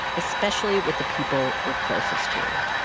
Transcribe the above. especially with the people we're closest to.